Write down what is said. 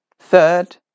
Third